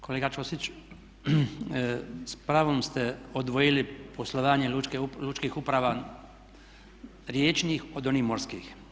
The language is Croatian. Kolega Čosić, s pravom ste odvojili poslovanje lučkih uprava riječnih od onih morskih.